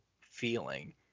feeling